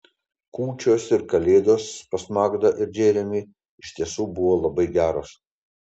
kūčios ir kalėdos pas magdą ir džeremį iš tiesų buvo labai geros